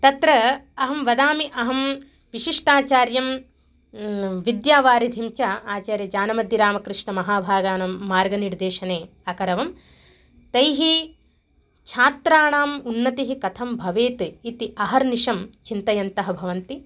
तत्र अहं वदामि अहं विशिष्टाचार्यं विद्यावारिधिं च आचार्यज्ञानमतिरामकृष्णमहाभागानं मार्गनिर्देशने अकरवं तैः छात्राणाम् उन्नतिः कथं भवेत् इति अहर्निषं चिन्तयन्तः भवन्ति